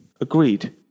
Agreed